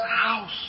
house